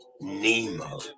Nemo